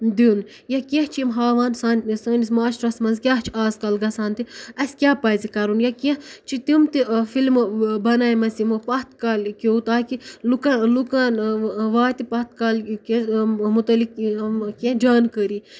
دیُن یا کینٛہہ چھِ یِم ہاوان سانہِ سٲنِس معاشرَس منٛز کیٛاہ چھِ آزکَل گژھان تہِ اَسہِ کیٛاہ پَزِ کَرُن یا کینٛہہ چھِ تِم تہِ فِلمہٕ بَنایمَژٕ یِمو پَتھ کالِکیو تاکہِ لُکَن لُکَن واتہِ پَتھ کالہِ کہِ متعلق کینٛہہ جانکٲری